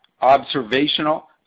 observational